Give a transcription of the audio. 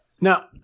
Now